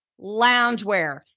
loungewear